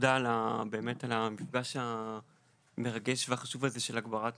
תודה באמת על המפגש המרגש והחשוב הזה של הגברת